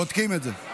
בודקים את זה.